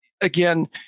again